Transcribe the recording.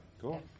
Cool